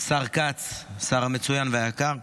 -- ישראל כץ, השר המצוין והיקר,